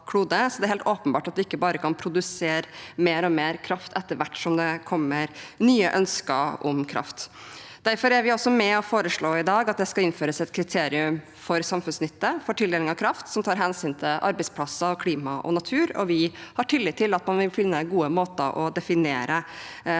Det er helt åpenbart at vi ikke bare kan produsere mer og mer kraft etter hvert som det kommer nye ønsker om kraft. Derfor er vi i dag også med på å foreslå at det skal innføres et kriterium om samfunnsnytte for tildeling av kraft, som tar hensyn til arbeidsplasser, klima og natur. Vi har tillit til at man vil finne gode måter å definere den